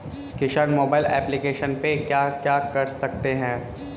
किसान mobile application पे क्या क्या कर सकते हैं?